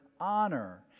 honor